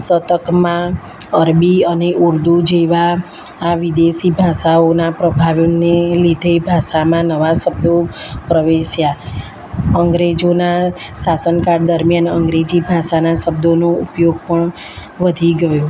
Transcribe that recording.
શતકમાં અરબી અને ઉર્દૂ જેવા આ વિદેશી ભાષાઓના પ્રભાવને લીધે ભાષામાં નવા શબ્દો પ્રવેશ્યા અંગ્રેજોના શાસન કાળ દરમ્યાન અંગ્રેજી ભાષાના શબ્દોનો ઉપયોગ પણ વધી ગયો